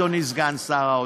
אדוני סגן שר האוצר,